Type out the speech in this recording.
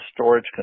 storage